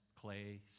clay